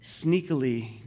sneakily